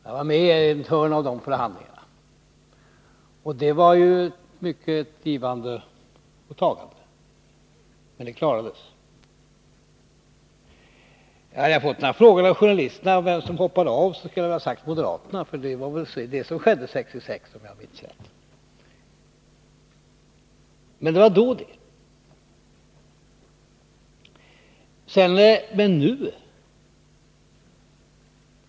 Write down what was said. Jag var med på ett hörn av de förhandlingarna, och det var mycket givande och tagande, men man klarade det. Hade jag fått några frågor av journalisterna om vem som hoppade av, skulle jag ha sagt högerpartiet — för det var väl det som skedde 1966, om jag minns rätt. Men det var då det.